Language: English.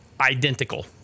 identical